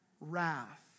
wrath